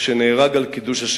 שנהרג על קידוש השם".